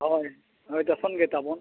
ᱦᱳᱭ ᱦᱳᱭ ᱫᱚᱥᱚᱱ ᱜᱮ ᱛᱟᱵᱚᱱ